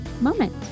Moment